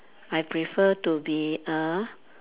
I prefer to be a